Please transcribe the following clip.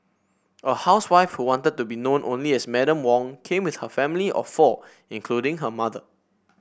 a housewife who wanted to be known only as Madam Wong came with her family of four including her mother